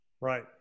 Right